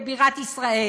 ובירת ישראל: